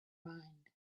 mind